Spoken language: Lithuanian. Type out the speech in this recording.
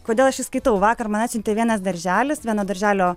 kodėl aš jį skaitau vakar man atsiuntė vienas darželis vieno darželio